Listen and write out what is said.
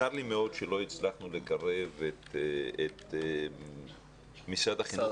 צר לי מאוד שלא הצלחנו לקרב את משרד החינוך,